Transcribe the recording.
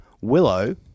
Willow